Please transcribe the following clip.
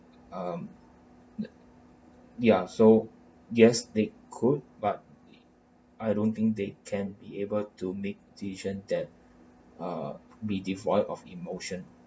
um ya so yes they could but I don't think they can be able to make decision that ah be devoid of emotion